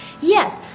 Yes